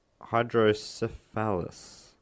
hydrocephalus